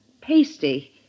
pasty